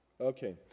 Okay